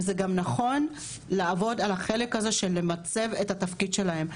וזה גם נכון לעבוד על החלק הזה של למצב את התפקיד שלהן.